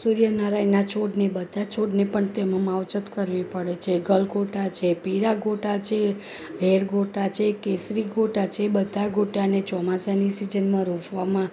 સૂર્યનારાયણના છોડને બધાં છોડને પણ તેમાં માવજત કરવી પડે છે ગલગોટા છે પીળા ગોટા છે રેડ ગોટા છે કેસરી ગોટા છે એ બધાં ગોટાને ચોમાસાની સિઝનમાં રોપવામાં